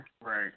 Right